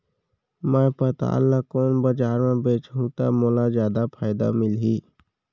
मैं पताल ल कोन बजार म बेचहुँ त मोला जादा फायदा मिलही?